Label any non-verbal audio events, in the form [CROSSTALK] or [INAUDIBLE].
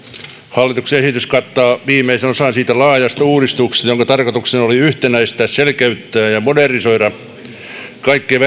hallituksen esitys kattaa viimeisen osan siitä laajasta uudistuksesta jonka tarkoituksena oli yhtenäistää selkeyttää ja modernisoida kaikkien [UNINTELLIGIBLE]